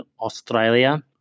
Australia